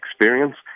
experience